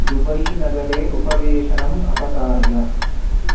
दुबैनगरे उपवेशनम् अपसारय